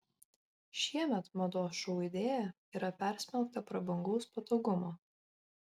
šiemet mados šou idėja yra persmelkta prabangaus patogumo